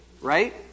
Right